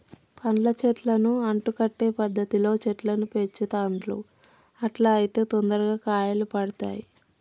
పండ్ల చెట్లను అంటు కట్టే పద్ధతిలో చెట్లను పెంచుతాండ్లు అట్లా అయితే తొందరగా కాయలు పడుతాయ్